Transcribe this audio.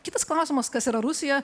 kitas klausimas kas yra rusija